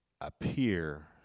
appear